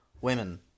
Women